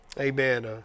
amen